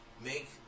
make